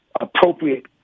appropriate